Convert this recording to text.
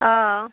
অঁ